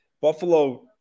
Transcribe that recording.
Buffalo